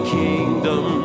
kingdom